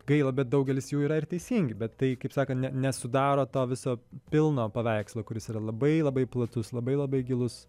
gaila bet daugelis jų yra ir teisingi bet tai kaip sakant nesudaro to viso pilno paveikslo kuris yra labai labai platus labai labai gilus